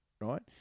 right